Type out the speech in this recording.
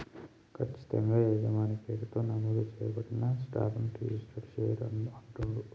ఖచ్చితంగా యజమాని పేరుతో నమోదు చేయబడిన స్టాక్ ని రిజిస్టర్డ్ షేర్ అంటుండ్రు